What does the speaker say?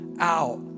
out